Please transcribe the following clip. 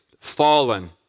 Fallen